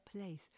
place